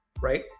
right